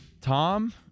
Tom